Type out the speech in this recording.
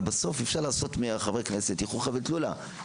אבל בסוף אי-אפשר לעשות מחברי הכנסת שיושבים פה חוכא ואטלולא.